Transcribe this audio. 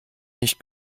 nicht